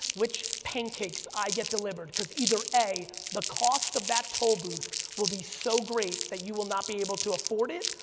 which pancakes i get delivered because either a, the cost of that toll booth will be so great that you will not be able to afford it,